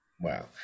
Wow